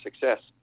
success